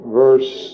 verse